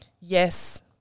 yes